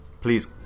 please